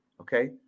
okay